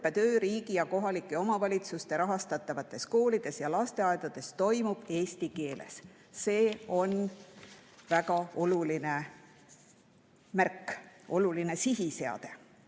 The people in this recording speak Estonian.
et õppetöö riigi ja kohalike omavalitsuste rahastatavates koolides ja lasteaedades toimub eesti keeles. See on väga oluline märk, oluline sihiseade.